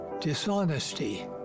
dishonesty